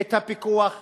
את הפיקוח בצורה,